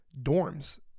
dorms